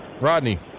Rodney